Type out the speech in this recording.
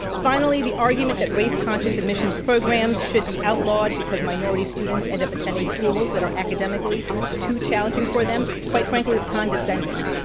finally, the argument that race conscious admissions programs should be outlawed because minority students end up attending schools that are academically to o challenging for them quite frankly is condescending.